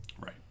Right